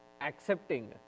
accepting